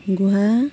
Goa